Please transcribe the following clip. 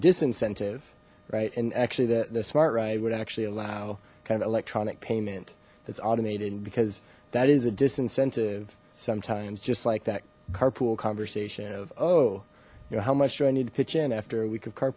disincentive right and actually the the smart ride would actually allow kind of electronic payment that's automated because that is a disincentive sometimes just like that carpool conversation of oh you know how much do i need to pitch in after